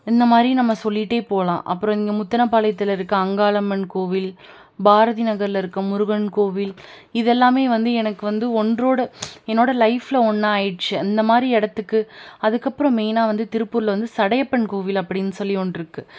இந்தமாதிரி நம்ம சொல்லிகிட்டே போகலாம் அப்புறம் இங்கே முத்துனப்பாளையத்தில் இருக்கற அங்காளம்மன் கோவில் பாரதி நகரில் இருக்கற முருகன் கோவில் இதெல்லாமே வந்து எனக்கு வந்து ஒன்றோடு என்னோடு லைஃப்பில் ஒன்றா ஆகிடுச்சு அந்தமாதிரி இடத்துக்கு அதுக்கப்றம் மெயினாக வந்து திருப்பூரில் வந்து சடையப்பன் கோவில் அப்படின்னு சொல்லி ஒன்று இருக்குது